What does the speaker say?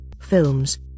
films